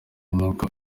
niko